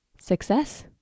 Success